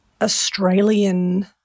Australian